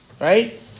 Right